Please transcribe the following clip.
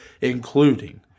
including